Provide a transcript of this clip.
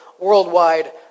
Worldwide